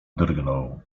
drgnął